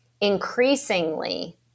Increasingly